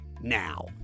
now